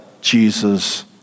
Jesus